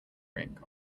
rink